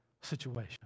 situation